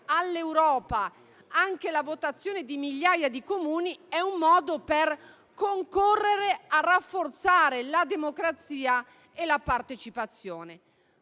europea), anche la votazione di migliaia di Comuni è un modo per concorrere a rafforzare la democrazia e la partecipazione.